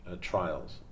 trials